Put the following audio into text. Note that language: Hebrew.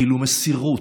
גילו מסירות,